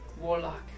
Warlock